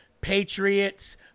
Patriots